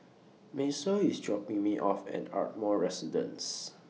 Macel IS dropping Me off At Ardmore Residence